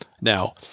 Now